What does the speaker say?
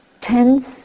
Tense